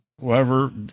whoever